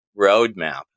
roadmap